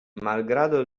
malgrado